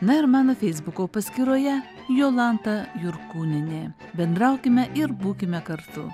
na ir mano feisbuko paskyroje jolanta jurkūnienė bendraukime ir būkime kartu